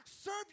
serve